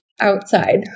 Outside